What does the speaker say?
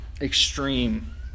extreme